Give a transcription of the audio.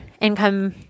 income